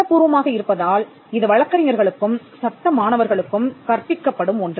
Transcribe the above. சட்டபூர்வமாக இருப்பதால் இது வழக்கறிஞர்களுக்கும் சட்ட மாணவர்களுக்கும் கற்பிக்கப்படும் ஒன்று